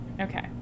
Okay